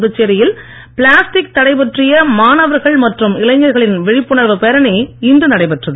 புதுச்சேரியில் பிளாஸ்டிக் தடை பற்றிய மாணவர்கள் மற்றும் இளைஞர்களின் விழிப்புணர்வு பேரணி இன்று நடைபெற்றது